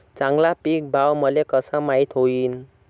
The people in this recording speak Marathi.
चांगला पीक भाव मले कसा माइत होईन?